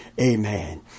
Amen